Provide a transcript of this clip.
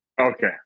Okay